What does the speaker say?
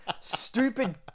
stupid